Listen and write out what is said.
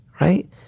right